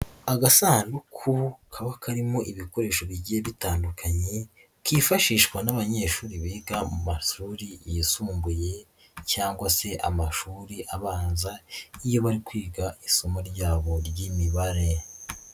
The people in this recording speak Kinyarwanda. Agasanduku kaba karimo ibikoresho bigiye bitandukanye kifashishwa n'abanyeshuri biga mu mashuri yisumbuye cyangwa se amashuri abanza iyo bari kwiga isomo ryabo ry'imibare.